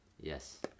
Yes